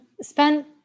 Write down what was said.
spent